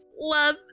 love